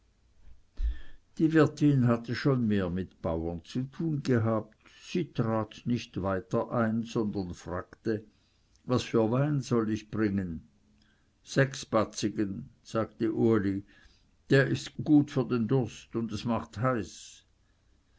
die wirtin hatte schon mehr mit bauern zu tun gehabt sie trat nicht weiter ein sondern fragte was für wein soll ich bringen sechsbatzigen sagte uli der ist gut für den durst und es macht heiß